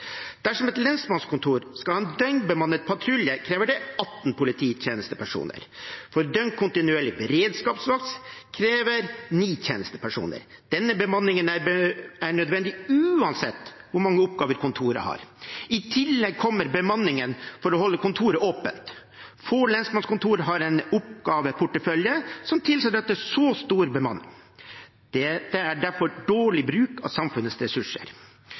Dersom et lensmannskontor skal ha en døgnbemannet patrulje, krever det 18 polititjenestepersoner, og døgnkontinuerlig beredskapsvakt krever 9 tjenestepersoner. Denne bemanningen er nødvendig uansett hvor mange oppgaver kontoret har. I tillegg kommer bemanningen for å holde kontoret åpent. Få lensmannskontorer har en oppgaveportefølje som tilsier så stor bemanning. Dette er derfor dårlig bruk av samfunnets ressurser.